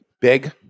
Big